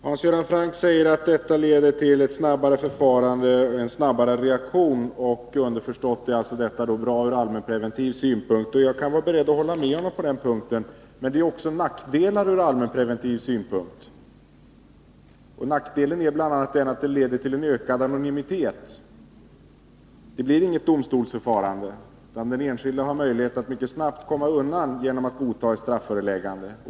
Herr talman! Hans Göran Franck säger att detta leder till ett snabbare förfarande och en snabbare reaktion, och underförstått är alltså detta bra ur allmänpreventiv synpunkt. Jag kan vara beredd att hålla med honom på den punkten. Men det finns också nackdelar ur allmänpreventiv synpunkt, och en nackdel är att det leder till ökad anonymitet. Det blir inget domstolsförfarande, utan den enskilde har möjlighet att mycket snabbt komma undan genom att godta ett strafföreläggande.